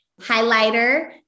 highlighter